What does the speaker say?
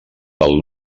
del